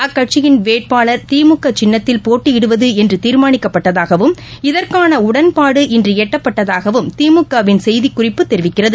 அக்கட்சியின் வேட்பாளர் திமுக சின்னத்தில் போட்டியிடுவது என்று தீர்மானிக்கப்பட்டதாகவும் இதற்கான உடன்பாடு இன்று எட்டப்பட்டதாகவும் திமுக வின் செய்திக்குறிப்பு தெரிவிக்கிறது